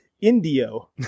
Indio